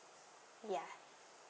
ya